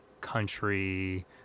country